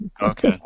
Okay